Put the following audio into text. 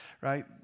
right